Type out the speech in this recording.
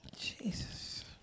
Jesus